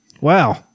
Wow